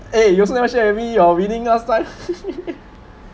eh you also never share with me your winning last time